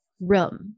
room